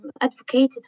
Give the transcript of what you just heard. Advocated